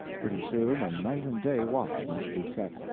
pretty soon a night-and-day watch must be set.